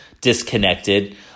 disconnected